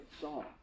song